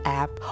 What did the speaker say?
app